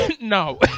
no